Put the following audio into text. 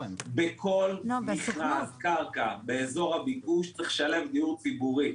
בכל מכרז קרקע באזור הביקוש צריך לשלב דיור ציבורי.